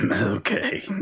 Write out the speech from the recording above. okay